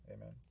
Amen